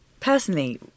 personally